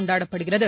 கொண்டாடப்படுகிறது